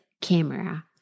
camera